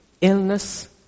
illness